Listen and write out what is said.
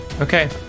Okay